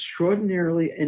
extraordinarily